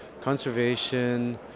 conservation